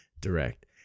direct